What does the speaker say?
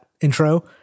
intro